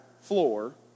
floor